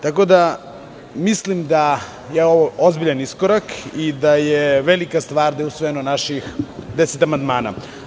Tako da, mislim da je ovo ozbiljan iskorak i da je velika stvar da je usvojeno naših 10 amandmana.